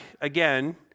again